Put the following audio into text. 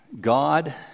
God